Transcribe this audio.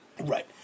Right